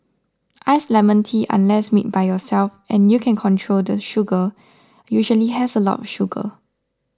iced lemon tea unless made by yourself and you can control the sugar usually has a lot of sugar